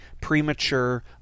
premature